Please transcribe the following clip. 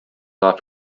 off